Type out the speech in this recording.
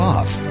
Off